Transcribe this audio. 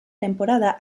temporada